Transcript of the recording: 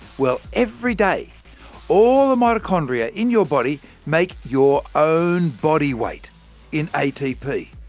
well, every day all the mitochondria in your body make your own body weight in atp!